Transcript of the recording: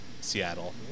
Seattle